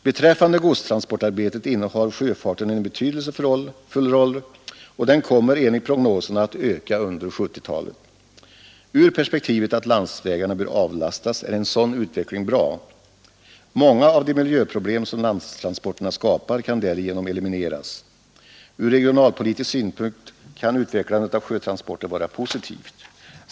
Beträffande godstransportarbetet innehar sjöfarten en betydelsefull roll, och den kommer enligt prognoserna att öka under 1970-talet. Ur perspektivet att landsvägarna bör avlastas är en sådan utveckling bra. Många av de miljöproblem som landtransporterna skapar kan därigenom elimineras. Från regionalpolitisk synpunkt kan utvecklandet av sjötransporter vara positivt.